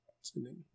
sending